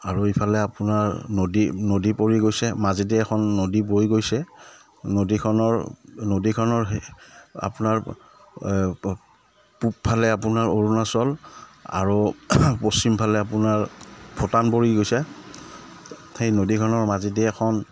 আৰু ইফালে আপোনাৰ নদী নদী পৰি গৈছে মাজেদি এখন নদী বৈ গৈছে নদীখনৰ নদীখনৰ আপোনাৰ পূবফালে আপোনাৰ অৰুণাচল আৰু পশ্চিমফালে আপোনাৰ ভূটান পৰি গৈছে সেই নদীখনৰ মাজেদি এখন